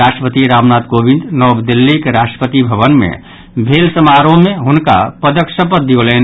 राष्ट्रपति रामनाथ कोविंद नव दिल्लीक राष्ट्रपति भवन मे भेल समारोह मे हुनका पदक शपथ दियौलनि